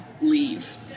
leave